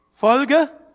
Folge